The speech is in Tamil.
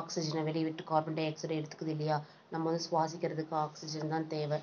ஆக்சிஜனை வெளியே விட்டு கார்பன் டை ஆக்ஸைடை எடுத்துக்குது இல்லையா நம்ம வந்து சுவாசிக்கிறதுக்கு ஆக்சிஜன் தான் தேவை